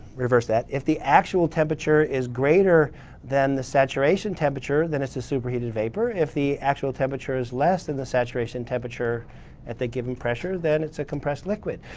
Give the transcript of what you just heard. reverse that. if the actual temperature is greater than the saturation temperature, then it's a super-heated vapor. if the actual temperature is less than the saturation temperature at the given pressure, then it's a compressed liquid.